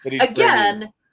again